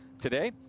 today